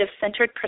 centered